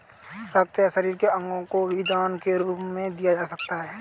रक्त या शरीर के अंगों को भी दान के रूप में दिया जा सकता है